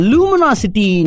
Luminosity